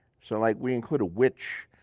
so, like we include a witch,